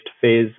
phase